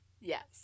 Yes